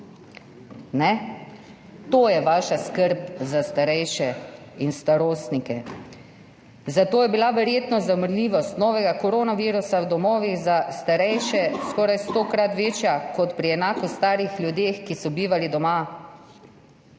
To je vaša skrb za starejše in starostnike. Zato je bila verjetnost za umrljivost zaradi novega koronavirusa v domovih za starejše skoraj stokrat večja kot pri enako starih ljudeh, ki so bivali doma.